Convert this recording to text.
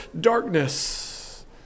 darkness